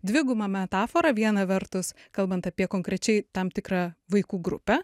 dviguba metafora viena vertus kalbant apie konkrečiai tam tikrą vaikų grupę